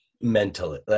Mentally